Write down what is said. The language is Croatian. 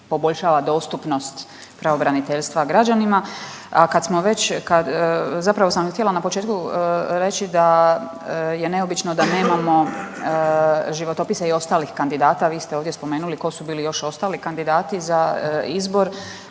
poboljšava dostupnost pravobraniteljstva građanima. A kad smo već, kad, zapravo sam htjela na početku reći da je neobično da nemamo životopise i ostalih kandidata, a vi ste ovdje spomenuli ko su bili još ostali kandidati za izbor,